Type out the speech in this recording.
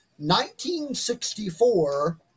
1964